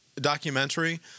Documentary